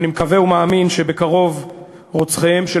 אני מקווה ומאמין שבקרוב רוצחיהם של